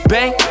Bang